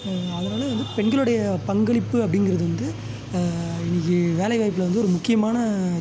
அதனால் வந்து பெண்களுடைய பங்களிப்பு அப்படிங்கிறது வந்து இன்றைக்கி வேலைவாய்ப்பில் வந்து ஒரு முக்கியமான